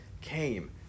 came